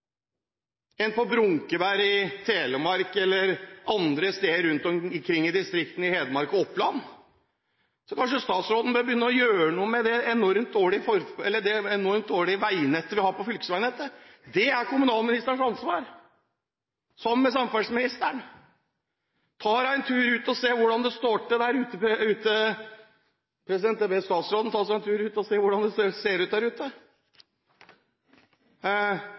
enn på Brunkeberg i Telemark eller andre steder rundt omkring i distriktene i Hedmark og Oppland. Kanskje statsråden burde begynne å gjøre noe med det enormt dårlige fylkesveinettet. Det er kommunalministerens ansvar, sammen med samferdselsministeren. Jeg vil be statsråden ta seg en tur for å se hvordan det ser ut der ute.